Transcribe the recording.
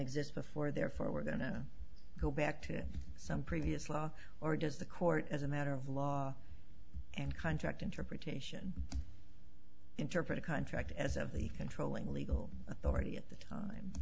exist before therefore we're going to go back to some previous law or does the court as a matter of law and contact interpretation interpret a contract as of the controlling legal authority at the time